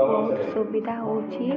ବହୁତ୍ ସୁବିଧା ହେଉଛି